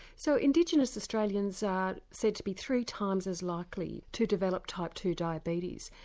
so indigenous australians are said to be three times as likely to develop type two diabetes.